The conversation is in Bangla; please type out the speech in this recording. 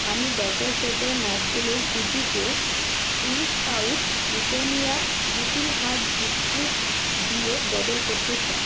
আমি ব্যাটার চ্যাটার নারকেলের কুকিকে তিরিশ pouch Britannia little heart biscuit দিয়ে বদল করতে চাই